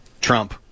Trump